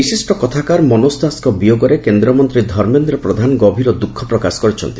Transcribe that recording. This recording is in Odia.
ବିଶିଷ କଥାକାର ମନୋଜ ଦାସଙ୍କ ବିୟୋଗରେ କେନ୍ଦ୍ ମନ୍ତୀ ଧର୍ମେନ୍ଦ ପ୍ରଧାନ ଗଭୀର ଦୁଖ ପ୍ରକାଶ କରିଛନ୍ତି